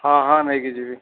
ହଁ ହଁ ନେଇକି ଯିବି